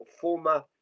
former